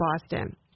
Boston